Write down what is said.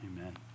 Amen